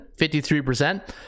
53%